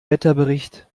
wetterbericht